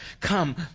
come